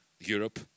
Europe